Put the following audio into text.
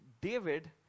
David